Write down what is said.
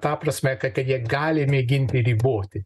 ta prasme kad ir jie gali mėginti riboti